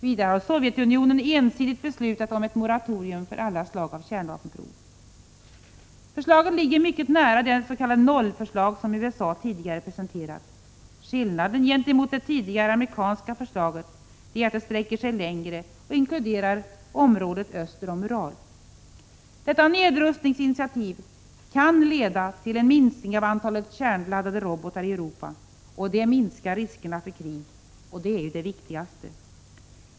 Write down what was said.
Vidare har Sovjetunionen ensidigt beslutat om ett moratorium för alla slag av kärnvapenprov. Förslaget ligger mycket nära det s.k. nollförslaget som USA tidigare presenterat. Skillnaden gentemot det tidigare amerikanska förslaget är att det sträcker sig längre och inkluderar området öster om Ural. — Detta nedrustningsinitiativ kan leda till en minskning av antalet kärnladdade robotar i Europa, och det minskar riskerna för krig — och det är ju det viktigaste.